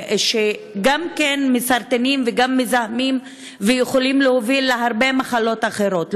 גם מסרטנים וגם מזהמים ויכולים להוביל להרבה מחלות אחרות.